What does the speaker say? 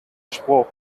spruch